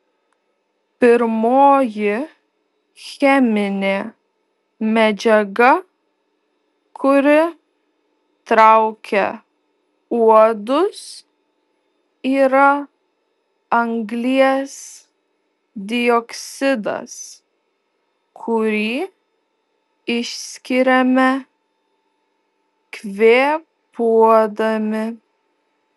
pirmoji cheminė medžiaga kuri traukia uodus yra anglies dioksidas kurį išskiriame kvėpuodami